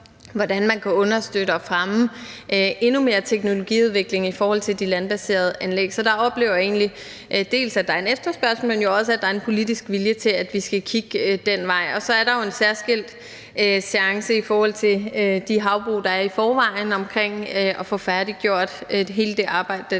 hvordan man kan understøtte og fremme endnu mere teknologiudvikling i forhold til de landbaserede anlæg. Så der oplever jeg egentlig, at der er en efterspørgsel, men jo også, at der er en politisk vilje til, at vi skal kigge den vej. Og så er der jo en særskilt seance i forhold til de havbrug, der er i forvejen, omkring at få færdiggjort hele det arbejde,